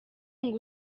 ngo